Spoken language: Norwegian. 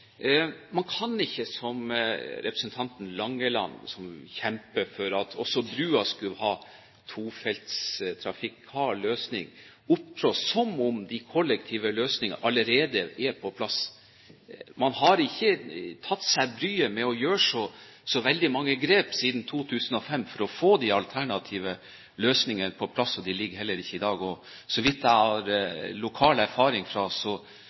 Man kan ikke som representanten Langeland – som kjemper for at også brua skal ha tofelts trafikal løsning – opptre som om de kollektive løsningene allerede er på plass. Man har ikke tatt seg bryet med å gjøre så veldig mange grep siden 2005 for å få de alternative løsningene på plass, så de ligger heller ikke her i dag. Så vidt jeg har lokal erfaring fra,